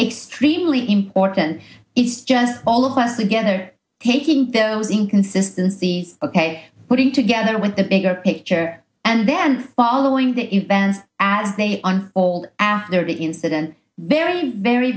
extremely important it's just all of us together taking those inconsistency ok putting together with the bigger picture and then following that you bend as they unfold after the incident very very